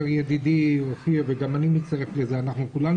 אומר ידיד אופיר וגם אני מצטרף לזה: אנחנו כולנו